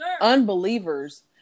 unbelievers